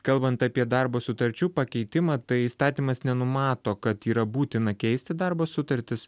kalbant apie darbo sutarčių pakeitimą tai įstatymas nenumato kad yra būtina keisti darbo sutartis